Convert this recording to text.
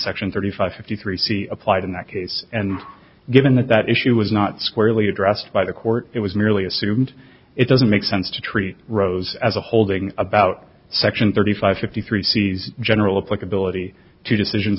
section thirty five fifty three c applied in that case and given that that issue was not squarely addressed by the court it was merely assumed it doesn't make sense to treat rose as a holding about section thirty five fifty three c's general of like ability to decisions